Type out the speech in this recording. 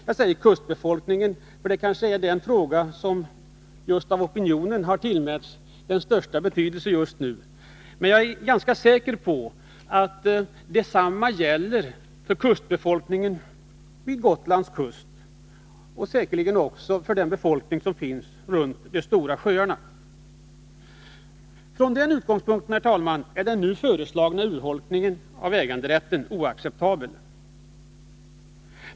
Jag säger kustbefolkningen, för det är kanske denna som av opinionsyttringar att döma reagerat starkast på förslaget. Men jag är ganska säker på att detsamma gäller för kustbefolkningen vid Gotlands kust och säkerligen också för den befolkning som finns runt de stora sjöarna. Från den utgångspunkten, herr talman, är den nu föreslagna urholkningen av äganderätten oacceptabel.